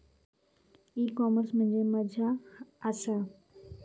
E commerce म्हणजे मझ्या आसा?